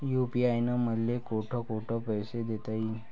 UPI न मले कोठ कोठ पैसे देता येईन?